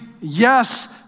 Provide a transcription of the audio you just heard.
yes